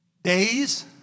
Days